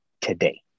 today